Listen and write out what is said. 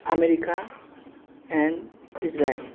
America and Israel